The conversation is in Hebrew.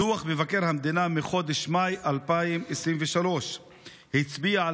דוח מבקר המדינה מחודש מאי 2023 הצביע על